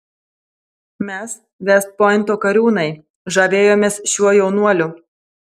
mes vest pointo kariūnai žavėjomės šiuo jaunuoliu